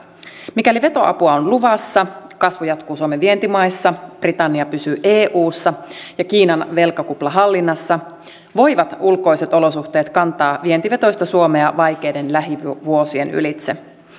mikäli vetoapua on luvassa kasvu jatkuu suomen vientimaissa britannia pysyy eussa ja kiinan velkakupla hallinnassa niin voivat ulkoiset olosuhteet kantaa vientivetoista suomea vaikeiden lähivuosien ylitse